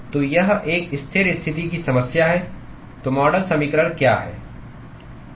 तो यह एक स्थिर स्थिति की समस्या है तो मॉडल समीकरण क्या है